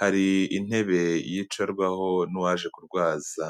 hari intebe yicarwaho n'uwaje kurwaza.